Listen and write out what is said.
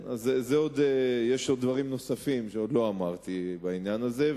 יש דברים נוספים שעוד לא אמרתי בעניין הזה.